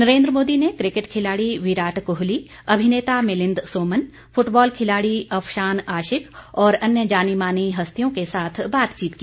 नरेन्द्र मोदी ने क्रिकेट खिलाड़ी विराट कोहली अभिनेता मिलिंद सोमन फुटबॉल खिलाड़ी अफशान आशिक और अन्य जानी मानी हस्तियों के साथ बातचीत की